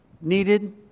needed